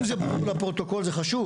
אם זה ברור לפרוטוקול זה חשוב.